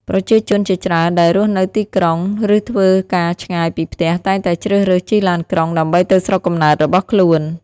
ប្រជាជនជាច្រើនដែលរស់នៅទីក្រុង ឬធ្វើការឆ្ងាយពីផ្ទះតែងតែជ្រើសរើសជិះឡានក្រុង ដើម្បីទៅស្រុកកំណើតរបស់ខ្លួន។